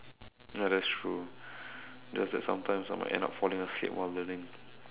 ya that's true just that sometimes I might end up falling asleep while learning